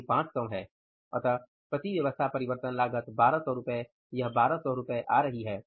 वे 500 हैं अतः प्रति व्यवस्था परिवर्तन लागत 1200 रु 1200 रु आ रही है